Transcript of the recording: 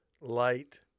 light